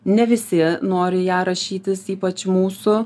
ne visi nori ją rašytis ypač mūsų